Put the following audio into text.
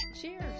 cheers